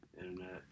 Internet